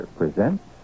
presents